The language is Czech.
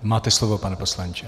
Máte slovo, pane poslanče.